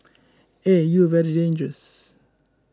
eh you are very dangerous